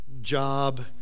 job